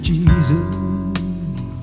Jesus